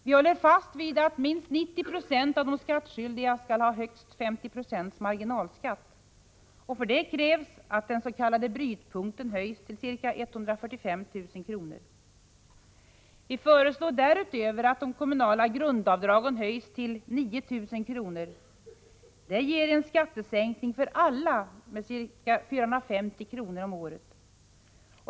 Vi håller fast vid att minst 90 96 av de skattskyldiga skall ha högst 50 96 marginalskatt. För detta krävs att den s.k. brytpunkten höjs till ca 145 000 kr. Vi föreslår därutöver att det kommunala grundavdraget höjs till 9 000 kr. Det ger en skattesänkning för alla med ca 450 kr. om året.